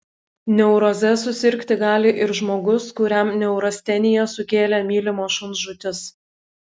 neuroze susirgti gali ir žmogus kuriam neurasteniją sukėlė mylimo šuns žūtis